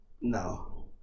No